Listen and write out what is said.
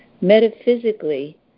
Metaphysically